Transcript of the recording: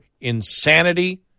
insanity